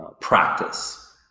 practice